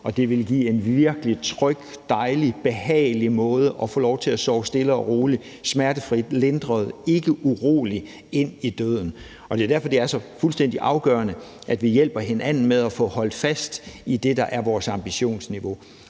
Og det vil give en virkelig tryg, dejlig og behagelig måde at få lov til at sove stille og roligt og smertefrit, lindret og ikke uroligt ind i døden. Derfor er det så fuldstændig afgørende, at vi hjælper hinanden med at få holdt fast i det, der er vores ambitionsniveau.